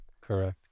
Correct